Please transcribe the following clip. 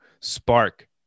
spark